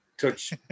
touch